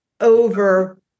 over